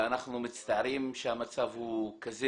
ואנחנו מצטערים שהמצב הוא כזה.